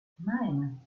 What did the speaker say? nein